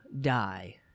die